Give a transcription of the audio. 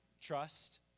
Trust